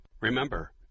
Remember